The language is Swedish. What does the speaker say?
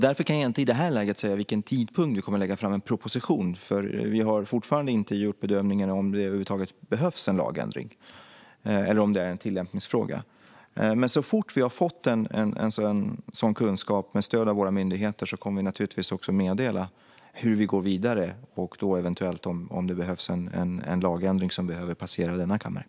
Därför kan jag inte i det här läget säga vid vilken tidpunkt vi kommer att lägga fram en proposition, för vi har fortfarande inte gjort bedömningen om det över huvud taget behövs en lagändring eller om det är en tillämpningsfråga. Men så fort vi har fått kunskap om detta med stöd av våra myndigheter kommer vi naturligtvis också att meddela hur vi går vidare och då eventuellt om det behövs en lagändring som behöver passera denna kammare.